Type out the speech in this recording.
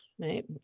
Right